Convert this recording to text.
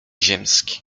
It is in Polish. ziemski